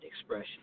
expression